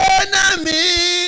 enemy